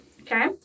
okay